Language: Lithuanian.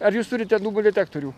ar jūs turite dūmų detektorių